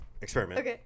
experiment